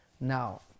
Now